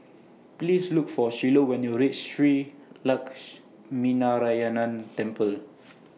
Please Look For Shiloh when YOU REACH Shree Lakshminarayanan Temple